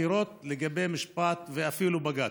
עתירות לגבי משפט ואפילו בג"ץ.